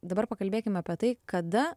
dabar pakalbėkim apie tai kada